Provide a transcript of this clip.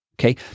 Okay